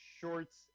shorts